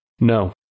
No